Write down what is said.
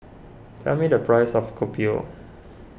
tell me the price of Kopi O